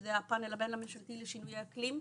שזה הפאנל הבין-ממשלתי לשינויי אקלים,